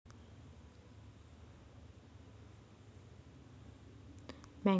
बँकेकडे सध्याचे खाते पगाराच्या खात्यात रूपांतरित करण्याची सुविधा आहे